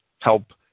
help